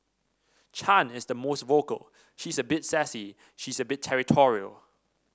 Chan is the most vocal she's a bit sassy she's a bit territorial